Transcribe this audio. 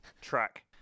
Track